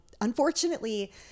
unfortunately